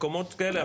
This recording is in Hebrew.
מקומות כאלה,